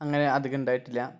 അങ്ങനെ അധികം ഉണ്ടായിട്ടില്ല